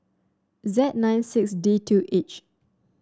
Z nine six D two H